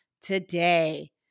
today